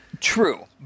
True